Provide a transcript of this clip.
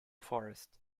forest